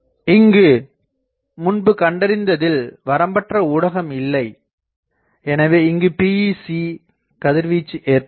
இங்கு முன்பு கண்டறிந்ததில் வரம்பற்ற ஊடகம் இல்லை எனவே இங்கு PEC கதிர்வீச்சு ஏற்படுகிறது